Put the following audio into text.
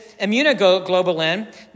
immunoglobulin